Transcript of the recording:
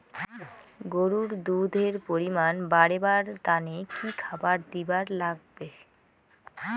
গরুর দুধ এর পরিমাণ বারেবার তানে কি খাবার দিবার লাগবে?